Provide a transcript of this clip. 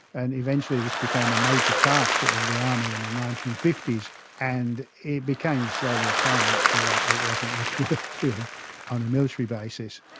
and eventually this became a major task of the army in the nineteen fifty s and it became slowly apparent that it wasn't really worth doing on a military basis,